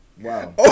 Wow